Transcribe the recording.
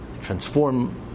transform